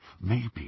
Maybe